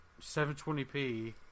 720p